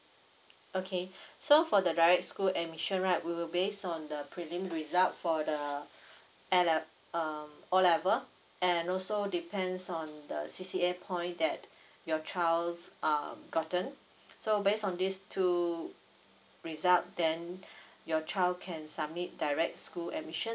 okay so for the direct school admission right will base on the prelim result for the at the uh O level and also depends on the C_C_A point that your child's uh gotten so based on these two result then your child can submit direct school admission